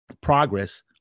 progress